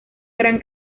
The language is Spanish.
gran